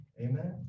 Amen